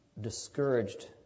Discouraged